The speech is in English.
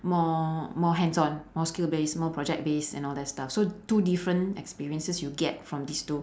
more more hands on more skill based more project based and all that stuff so two different experiences you get from these two